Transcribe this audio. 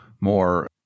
more